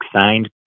signed